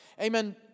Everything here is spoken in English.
amen